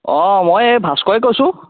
অ মই এই ভাস্কৰে কৈছোঁ